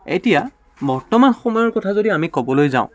এতিয়া বৰ্তমান সময়ৰ কথা যদি আমি ক'বলৈ যাওঁ